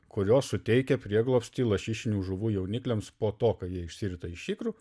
kurios suteikia prieglobstį lašišinių žuvų jaunikliams po to kai jie išsirita iš ikrų